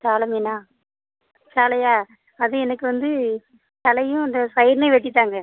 சால மீனா சாலயா அது எனக்கு வந்து தலையும் அந்த சைடுலேயும் வெட்டி தாங்க